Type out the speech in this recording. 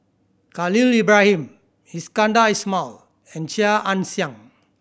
Khalil Ibrahim Iskandar Ismail and Chia Ann Siang